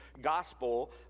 gospel